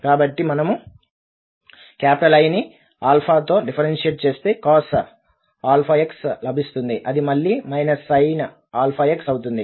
కాబట్టి మనము I ని తో డిఫరెన్షియేట్ చేస్తే cos⁡αx లభిస్తుంది అది మల్లి sin⁡αx అవుతుంది